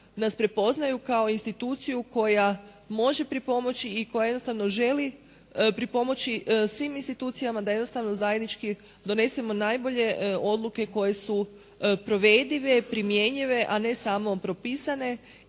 nas prepoznaju kao instituciju koja može pripomoći i koja jednostavno želi pripomoći svim institucijama da jednostavno zajednički donesemo najbolje odluke koje su provedive, primjenjive a ne samo propisane